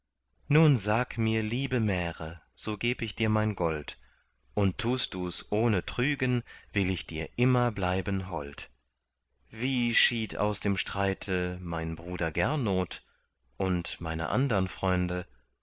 nun sag mir liebe märe so geb ich dir mein gold und tust dus ohne trügen will ich dir immer bleiben hold wie schied aus dem streite mein bruder gernot und meine andern freunde